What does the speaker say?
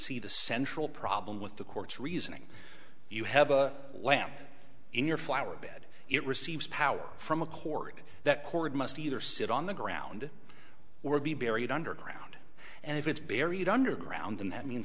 see the central problem with the court's reasoning you have a lamp in your flower bed it receives power from a cord that cord must either sit on the ground or be buried underground and if it's buried underground then tha